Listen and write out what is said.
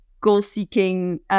goal-seeking